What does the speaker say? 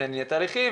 יש תהליכים,